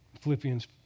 Philippians